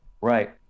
Right